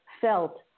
felt